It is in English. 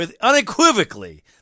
unequivocally